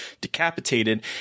decapitated